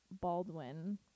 baldwin